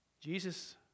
Jesus